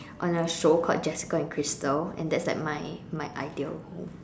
on a show called Jessica and Krystal and that is like my my ideal home